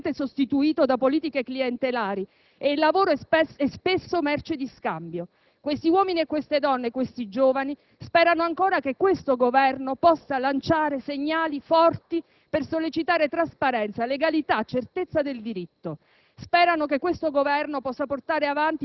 Ma nel Mezzogiorno lo Stato di diritto è puntualmente sostituito da politiche clientelari e il lavoro è spesso merce di scambio. Questi uomini e queste donne, questi giovani, sperano ancora che il Governo possa lanciare segnali forti per sollecitare trasparenza, legalità, certezza del diritto.